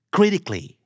critically